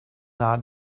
nahe